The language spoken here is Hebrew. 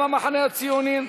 גם המחנה הציוני,